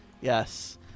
Yes